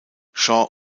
shaw